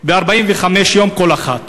ל-45 יום כל אחת.